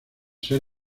ser